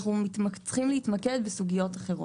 אנחנו צריכים ל התמקד בסוגיות אחרות.